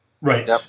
Right